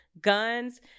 guns